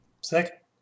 Sick